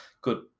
good